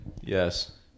Yes